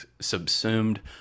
subsumed